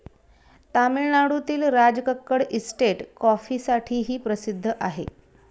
तामिळनाडूतील राजकक्कड इस्टेट कॉफीसाठीही प्रसिद्ध आहे